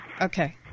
Okay